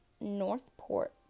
Northport